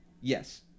Yes